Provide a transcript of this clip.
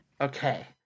Okay